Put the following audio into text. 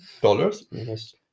dollars